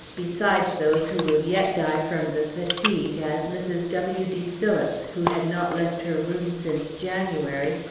besides those who will yet die from the fatigue, as mrs. w. d. phillips who had not left her room since january,